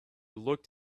looked